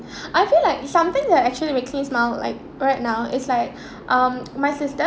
I feel like something that actually make me smile like right now is like um my sister